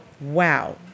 wow